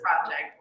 project